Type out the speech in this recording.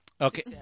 Okay